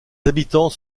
habitants